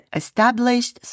established